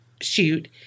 shoot